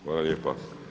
Hvala lijepa.